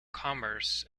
commerce